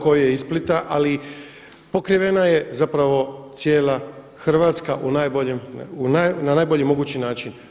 tko je iz Splita, ali pokrivena je zapravo cijela Hrvatska u najboljem, na najbolji mogući način.